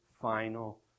final